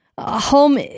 home